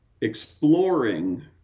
exploring